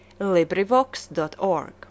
LibriVox.org